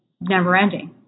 never-ending